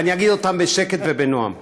אני אגיד אותם בשקט ובנועם.